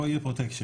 לא יהיה פרוטקשן,